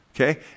okay